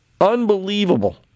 Unbelievable